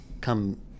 come